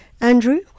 Andrew